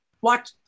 Watch